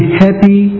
happy